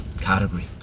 category